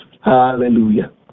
Hallelujah